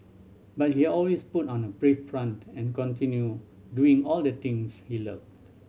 but he always put on a brave front and continued doing all the things he loved